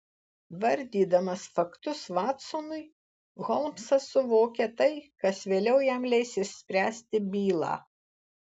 vardydamas faktus vatsonui holmsas suvokia tai kas vėliau jam leis išspręsti bylą